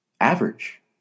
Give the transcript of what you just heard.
average